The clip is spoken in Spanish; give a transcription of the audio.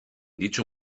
dicho